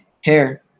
hair